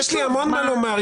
יש לי המון מה לומר,